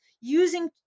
using